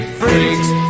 freaks